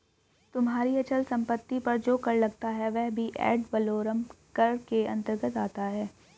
तुम्हारी अचल संपत्ति पर जो कर लगता है वह भी एड वलोरम कर के अंतर्गत आता है